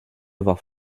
avoir